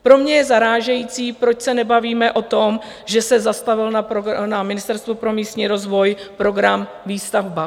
Pro mě je zarážející, proč se nebavíme o tom, že se zastavil program na Ministerstvu pro místní rozvoj, program Výstavba.